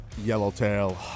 Yellowtail